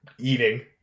Eating